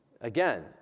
Again